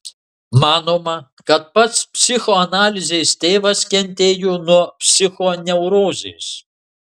manoma kad pats psichoanalizės tėvas kentėjo nuo psichoneurozės